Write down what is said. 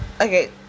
okay